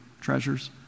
treasures